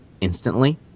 instantly